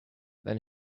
then